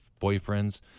boyfriends